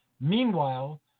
Meanwhile